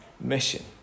mission